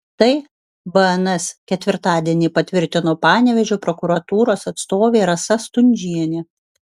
tai bns ketvirtadienį patvirtino panevėžio prokuratūros atstovė rasa stundžienė